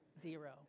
zero